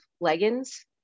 leggings